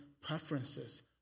preferences